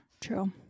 True